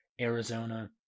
Arizona